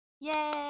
Yay